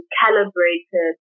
calibrated